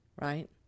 right